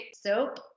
soap